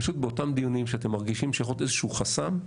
פשוט באותם דיונים שאתם מרגישים שיכול להיות איזשהו חסם,